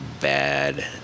bad